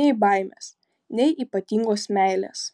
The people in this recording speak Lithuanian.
nei baimės nei ypatingos meilės